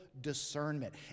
discernment